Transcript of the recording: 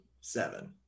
seven